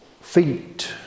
feet